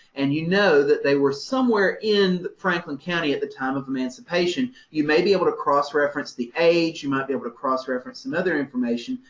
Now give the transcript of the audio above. and you know that they were somewhere in franklin county at the time of emancipation, you may be able to cross-reference the age, you might be able to cross-reference some other information,